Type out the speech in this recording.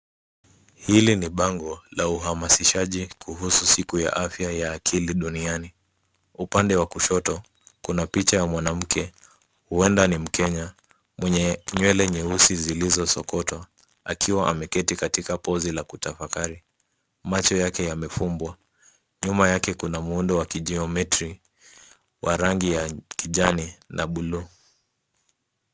Hili ni bango la uhamasishaji kuhusu siku ya afya ya akili duniani. Kwa upande wa kushoto kuna picha ya mwanamke, huenda ni mkenya mwenye nywele nyeusi zilizosokotwa akiwa ameketi katika pozi ya kutafakari. Macho yake yamefumbwa .Nyuma yake kuna muundo wa kijiometri wa rangi ya kijani na bluu.